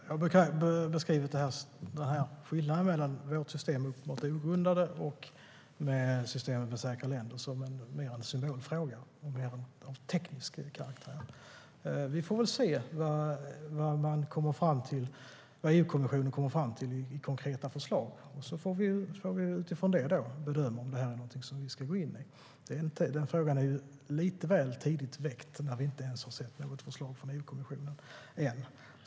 Herr talman! Jag brukar beskriva skillnaden mellan vårt system med uppenbart ogrundade ansökningar och systemet med säkra länder mer som en symbolfråga, mer av teknisk karaktär. Vi får väl se vad EU-kommissionen kommer fram till i form av konkreta förslag, och så får vi utifrån det bedöma om det är något som vi ska gå in i. Frågan är lite väl tidigt väckt eftersom vi ännu inte har sett något förslag från EU-kommissionen.